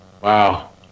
Wow